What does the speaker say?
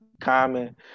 common